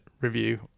review